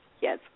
Yes